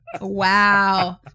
Wow